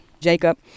Jacob